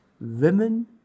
women